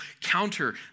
counter